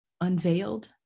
unveiled